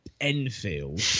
Enfield